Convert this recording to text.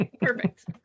perfect